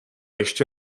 ještě